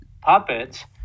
puppets